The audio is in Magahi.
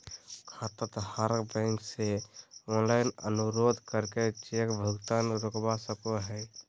खाताधारक बैंक से ऑनलाइन अनुरोध करके चेक भुगतान रोकवा सको हय